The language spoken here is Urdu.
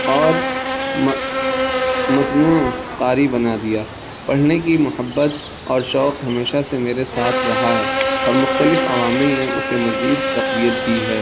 اور متنوع قاری بنا دیا پڑھنے کی محبت اور شوق ہمیشہ سے میرے ساتھ رہا ہے اور مختلف عوامل نے اسے مزید تقویت دی ہے